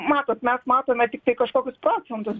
matot mes matome tiktai kažkokius procentus